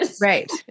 Right